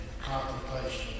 contemplation